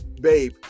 babe